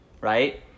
right